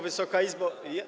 Wysoka Izbo!